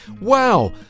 wow